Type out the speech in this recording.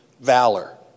valor